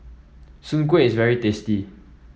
Soon Kueh is very tasty